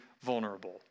vulnerable